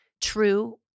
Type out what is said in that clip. True